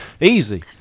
Easy